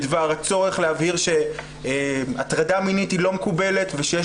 בדבר הצורך להבהיר שהטרדה מינית היא לא מקובלת ויש